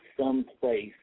someplace